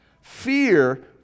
Fear